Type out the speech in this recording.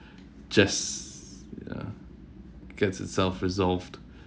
just ya gets itself resolved